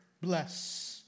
bless